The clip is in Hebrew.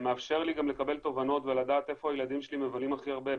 מאפשר לי גם לקבל תובנות ולדעת איפה הילדים שלי מבלים הכי הרבה,